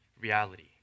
reality